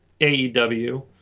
AEW